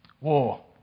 war